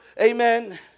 amen